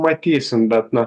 matysim bet na